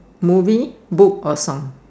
movie book or song